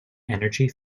energy